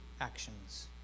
actions